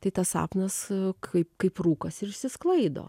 tai tas sapnas kaip kaip rūkas ir išsisklaido